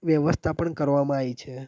વ્યવસ્થા પણ કરવામાં આવી છે